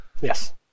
Yes